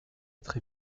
être